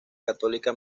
católica